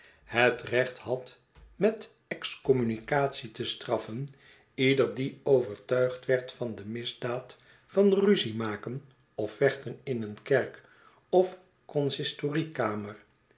het recht had met excommunicatie te straffen ieder die overtuigd werd van de misdaad van ruzie maken of vechten in een kerk of consistorie kamer